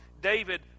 David